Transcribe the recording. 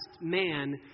man